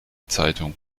zeitung